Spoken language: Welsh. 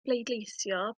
bleidleisio